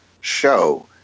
show